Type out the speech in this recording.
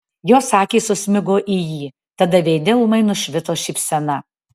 jos akys susmigo į jį tada veide ūmai nušvito šypsena